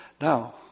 Now